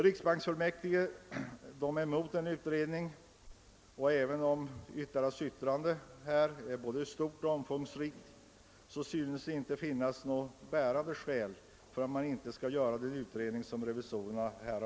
Riksbanksfullmäktige motsätter sig utredning, men även om deras yttrande är omfattande synes det inte innehålla några bärande skäl för att inte verkställa den utredning som revisorerna begärt.